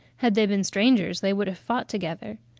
had they been strangers they would have fought together.